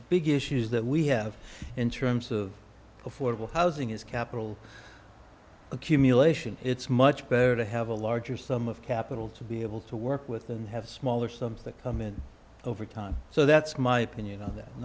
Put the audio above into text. big issues that we have in terms of affordable housing is capital accumulation it's much better to have a larger sum of capital to be able to work with and have smaller something come in over time so that's my opinion on that and